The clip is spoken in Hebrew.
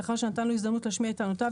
לאחר שנתן לו הזדמנות להשמיע את טענותיו,